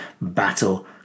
battle